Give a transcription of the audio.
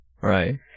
Right